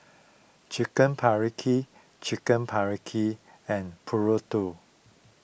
Chicken Paprikas Chicken Paprikas and Burrito